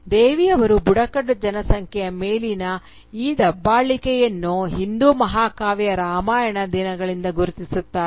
ದೇವಿ ಅವರು ಬುಡಕಟ್ಟು ಜನಸಂಖ್ಯೆಯ ಮೇಲಿನ ಈ ದಬ್ಬಾಳಿಕೆಯನ್ನು ಹಿಂದೂ ಮಹಾಕಾವ್ಯ ರಾಮಾಯಣದ ದಿನಗಳಿಂದ ಗುರುತಿಸುತ್ತಾರೆ